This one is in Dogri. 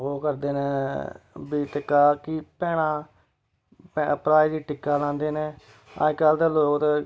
ओह् करदे ने बिज टिक्का कि भैना भ्राऽ गी टिक्का लांदे ने अज्जकल ते लोक